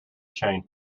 chain